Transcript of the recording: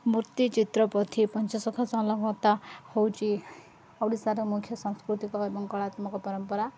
ମୂର୍ତ୍ତି ଚିତ୍ର ପତି ପଞ୍ଚଶଖା ହେଉଛି ଓଡ଼ିଶାର ମୁଖ୍ୟ ସାଂସ୍କୃତିକ ଏବଂ କଳାତ୍ମକ ପରମ୍ପରା